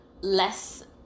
less